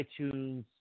iTunes